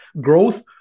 Growth